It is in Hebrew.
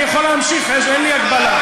אני יכול להמשיך, אין לי הגבלה.